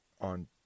on